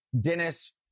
Dennis